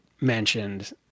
mentioned